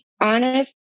Honest